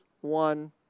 one